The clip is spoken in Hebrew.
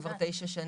כבר 9 שנים.